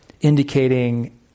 indicating